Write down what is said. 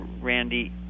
Randy